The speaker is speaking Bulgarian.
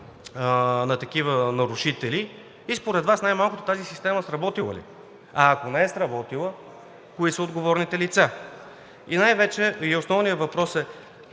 на такива нарушители? И според Вас най малкото тази система сработила ли е и ако не е сработила, кои са отговорните лица? Основният въпрос е: